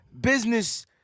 business